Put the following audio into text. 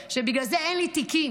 ובגלל זה אין לי תיקים.